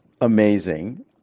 amazing